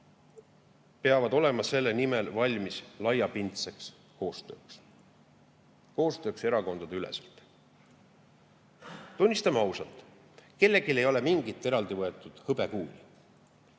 peavad olema selle nimel valmis laiapindseks koostööks, koostööks erakondadeüleselt. Tunnistame ausalt, kellelgi ei ole eraldi võetult mingit hõbekuuli.